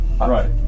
Right